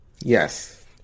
Yes